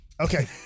Okay